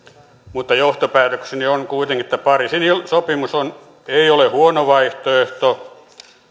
mutta johtopäätökseni on kuitenkin että pariisin sopimus ei ole huono vaihtoehto